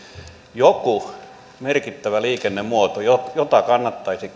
joku merkittävä liikennemuoto jota kannattaisi